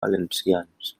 valencians